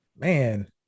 man